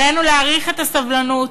עלינו להעריך את הסבלנות,